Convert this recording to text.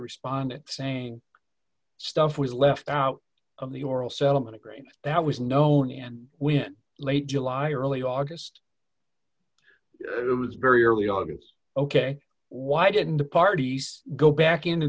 respondent saying stuff was left out of the oral settlement agreement that was known and when late july early august it was very early august ok why didn't the parties go back into